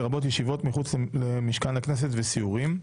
לרבות ישיבות מחוץ למשכן הכנסת וסיורים.